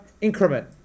increment